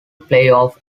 playoff